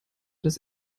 das